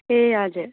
ए हजुर